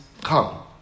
come